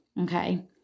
Okay